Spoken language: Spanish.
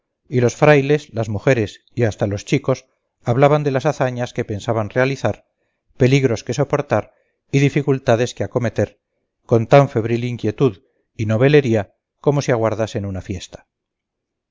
y los frailes las mujeres y hasta los chicos hablaban de las hazañas que pensaban realizar peligros que soportar y dificultades que acometer con tan febril inquietud y novelería como si aguardasen una fiesta